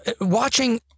watching